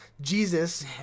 Jesus